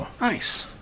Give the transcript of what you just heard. Nice